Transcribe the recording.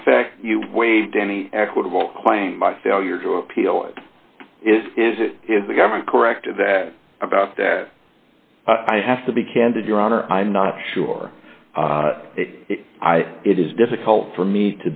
in effect you weighed any equitable claim by failure to appeal it is is it is the government correct or that about that i have to be candid your honor i'm not sure i it is difficult for me